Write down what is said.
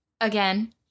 again